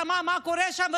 שמע מה קורה שם,